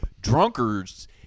drunkards